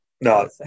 no